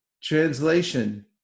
Translation